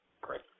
Great